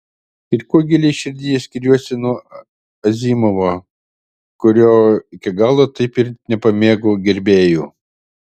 ir kuo giliai širdyje skiriuosi nuo azimovo kurio iki galo taip ir nepamėgau gerbėjų